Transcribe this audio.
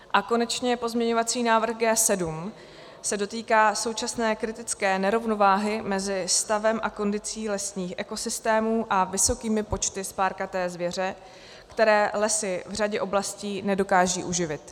A konečně pozměňovací návrh G7 se dotýká současné kritické nerovnováhy mezi stavem a kondicí lesních ekosystémů a vysokými počty spárkaté zvěře, které lesy v řadě oblastí nedokážou uživit.